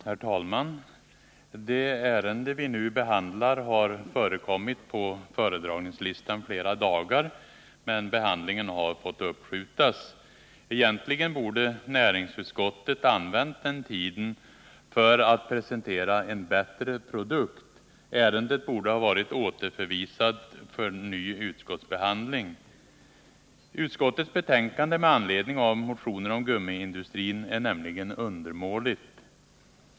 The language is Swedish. Herr talman! Det ärende vi nu behandlar har förekommit på föredragningslistan flera dagar, men behandlingen har fått uppskjutas. Egentligen borde näringsutskottet använt den tiden för att presentera en bättre produkt. Ärendet borde ha varit återförvisat för ny utskottsbehandling. Utskottets betänkande med anledning av motioner om gummiindustrin är nämligen undermåligt.